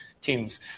teams